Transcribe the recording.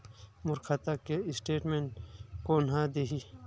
मोर खाता के स्टेटमेंट कोन ह देही?